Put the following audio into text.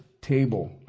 table